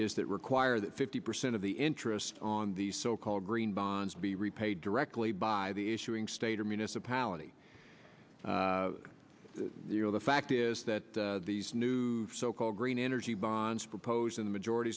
is that require that fifty percent of the interest on these so called green bonds be repaid directly by the issuing state or municipality the fact is that these new so called green energy bonds proposed in the majority